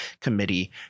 Committee